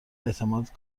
اعتماد